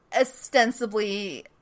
ostensibly